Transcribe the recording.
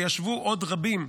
ישבו עוד רבים,